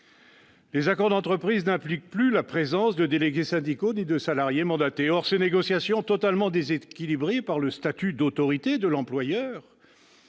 les accords d'entreprise n'impliquent plus la présence de délégués syndicaux ni de salariés mandatés. Or ces négociations totalement déséquilibrées, en raison du statut d'autorité de l'employeur